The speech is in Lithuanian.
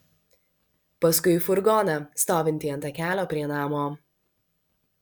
paskui į furgoną stovintį ant takelio prie namo